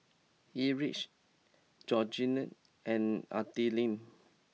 Erich Georgiann and Adilene